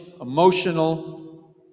emotional